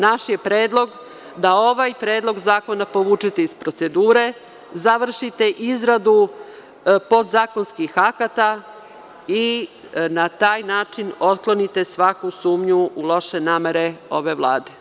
Naš je predlog da ovaj Predlog zakona povučete iz procedure, završite izradu podzakonskih akata i na taj način otklonite svaku sumnju u loše namere ove Vlade.